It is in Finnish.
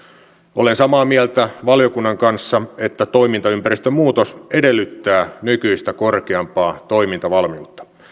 olen samaa mieltä valiokunnan kanssa että toimintaympäristön muutos edellyttää nykyistä korkeampaa toimintavalmiutta